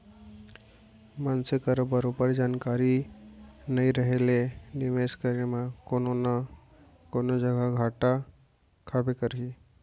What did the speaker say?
मनसे करा बरोबर जानकारी नइ रहें ले निवेस करे म कोनो न कोनो जघा घाटा खाबे करही